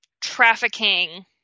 trafficking